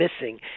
missing